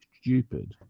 stupid